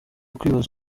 kwibaza